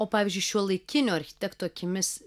o pavyzdžiui šiuolaikinių architektų akimis